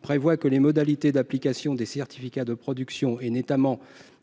prévoit que les modalités d'application des certificats de production,